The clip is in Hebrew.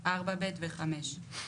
4(ב) ו-5.